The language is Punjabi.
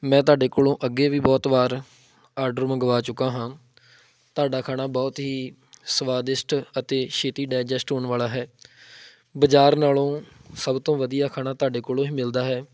ਮੈਂ ਤੁਹਾਡੇ ਕੋਲੋਂ ਅੱਗੇ ਵੀ ਬਹੁਤ ਵਾਰ ਆਡਰ ਮੰਗਵਾ ਚੁੱਕਾ ਹਾਂ ਤੁਹਾਡਾ ਖਾਣਾ ਬਹੁਤ ਹੀ ਸਵਾਦਿਸ਼ਟ ਅਤੇ ਛੇਤੀ ਡਾਈਜੈਸਟ ਹੋਣ ਵਾਲਾ ਹੈ ਬਾਜ਼ਾਰ ਨਾਲੋਂ ਸਭ ਤੋਂ ਵਧੀਆ ਖਾਣਾ ਤੁਹਾਡੇ ਕੋਲੋਂ ਹੀ ਮਿਲਦਾ ਹੈ